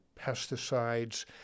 pesticides